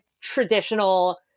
traditional